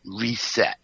reset